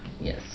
yes